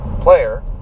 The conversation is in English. player